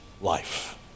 life